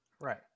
Right